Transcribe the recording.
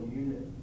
unit